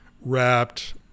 wrapped